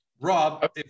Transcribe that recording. Rob